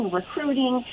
recruiting